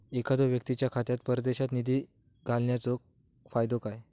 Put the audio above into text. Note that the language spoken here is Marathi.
एखादो व्यक्तीच्या खात्यात परदेशात निधी घालन्याचो फायदो काय?